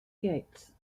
gates